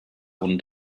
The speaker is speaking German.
und